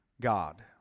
God